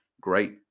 great